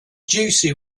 juicy